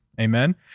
Amen